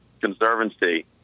Conservancy